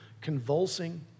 convulsing